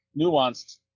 nuanced